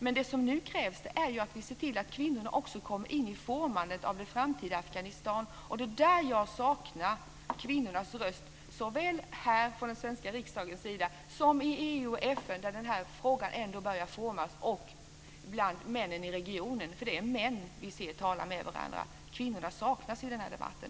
Men nu krävs det ju att vi ser till att kvinnorna också kommer in i formandet av det framtida Afghanistan. Det är där jag saknar kvinnornas röst, såväl från den svenska riksdagens sida som i EU och FN, där den här frågan ändå börjar formas, och i regionen. Det är män som vi ser tala med varandra. Kvinnorna saknas i den här debatten.